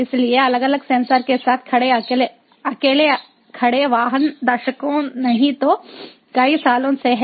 इसलिए अलग अलग सेंसर के साथ खड़े अकेले खड़े वाहन दशकों नहीं तो कई सालों से हैं